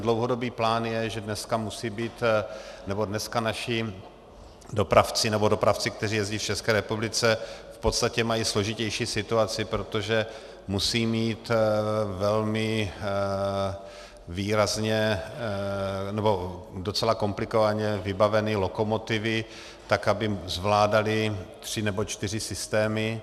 Dlouhodobý plán je, že dneska musí být, nebo dneska naši dopravci, nebo dopravci, kteří jezdí v České republice, v podstatě mají složitější situaci, protože musí mít velmi výrazně nebo docela komplikovaně vybaveny lokomotivy, tak aby zvládaly tři nebo čtyři systémy.